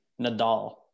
Nadal